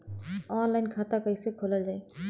Online खाता कईसे खोलल जाई?